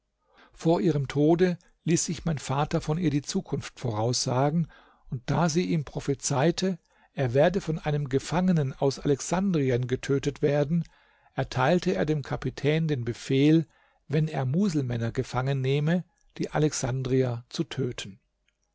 vor ihrem tode ließ sich mein vater von ihr die zukunft voraussagen und da sie ihm prophezeite er werde von einem gefangenen aus alexandrien getötet werden erteilte er dem kapitän den befehl wenn er muselmänner gefangennehme die alexandrier zu töten